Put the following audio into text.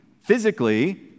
Physically